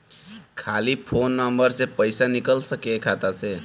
खाली phone number से पईसा निकल सकेला खाता से?